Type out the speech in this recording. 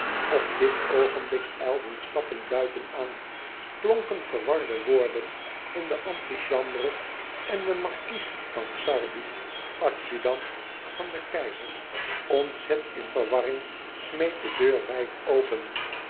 op dit oogenblik ijlden stappen buiten aan klonken verwarde woorden in de antichambre en de markies van xardi adjudant van den keizer ontzet in verwarring smeet de deur wijd open